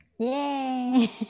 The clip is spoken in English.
Yay